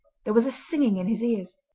there was a singing in his ears.